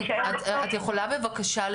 בבקשה,